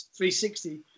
360